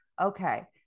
Okay